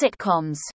sitcoms